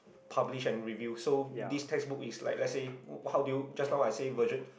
publish and reviews so this textbook is like let's say how do you just now I say version